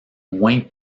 moins